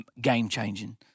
game-changing